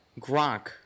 grok